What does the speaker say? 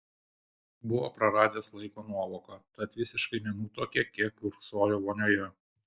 buvo praradęs laiko nuovoką tad visiškai nenutuokė kiek kiurksojo vonioje